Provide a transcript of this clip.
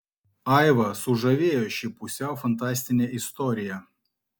aivą sužavėjo ši pusiau fantastinė istorija